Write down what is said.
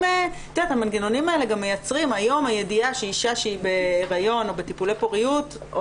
היום הידיעה אישה שהיא בהיריון או בטיפולי פוריות,